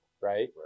right